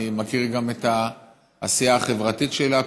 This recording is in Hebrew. אני מכיר גם את העשייה החברתית שלה,